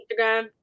Instagram